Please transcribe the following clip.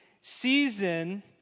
season